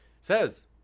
says